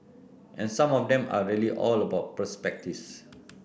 and some of them are really all about perspectives